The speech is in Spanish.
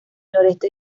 noreste